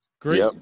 great